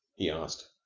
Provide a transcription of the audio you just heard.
he asked.